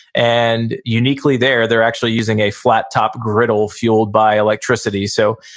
and uniquely there, they're actually using a flat top griddle fueled by electricity. so,